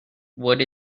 wood